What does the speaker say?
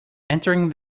entering